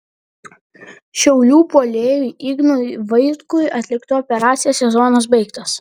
šiaulių puolėjui ignui vaitkui atlikta operacija sezonas baigtas